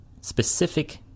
specific